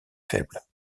faibles